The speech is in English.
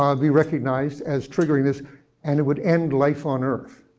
um be recognized as triggering this and it would end life on earth.